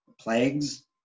plagues